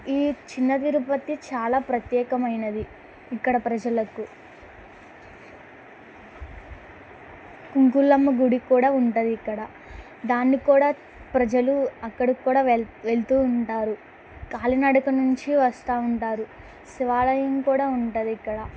ఈ చిన్న తిరుపతి చాలా ప్రత్యేకమైనది ఇక్కడ ప్రజలకు కుంకులమ్మ గుడి కూడా ఉంటుంది ఇక్కడ దాన్నికి కుడా ప్రజలు అక్కడికి కూడా వెళ్తూ ఉంటారు కాలినడక నుంచి వస్తూ ఉంటారు శివాలయం కూడా ఉంటుంది ఇక్కడ